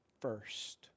first